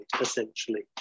essentially